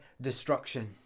destruction